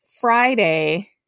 Friday